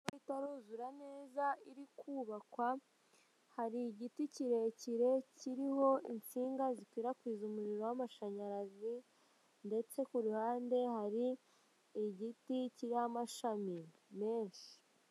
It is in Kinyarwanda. Inzu itaruzura neza iri kubakwa hari igiti kirekire kiriho insinga zikwirakwiza umuriro w'amashanyarazi ndetse kuruhande hari igiti kiriho amashami menshi.